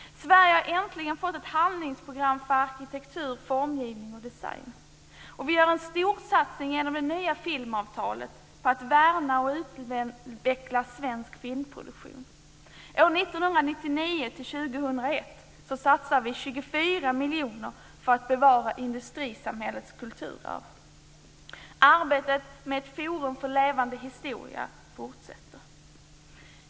Sverige har äntligen fått ett handlingsprogram för arkitektur, formgivning och design. - Vi gör genom det nya filmavtalet en storsatsning på att värna och utveckla svensk filmproduktion. - Åren 1999-2001 satsar vi 24 miljoner kronor för att bevara industrisamhällets kulturarv. - Arbetet med ett forum för levande historia fortsätter.